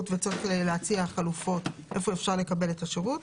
וצריך להציע חלופות היכן אפשר לקבל את השירות,